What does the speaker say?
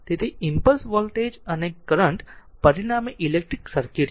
તેથી impulse voltage અને current પરિણામે ઇલેક્ટ્રિક સર્કિટ છે